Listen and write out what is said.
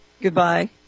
Goodbye